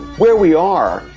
where we are,